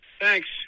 Thanks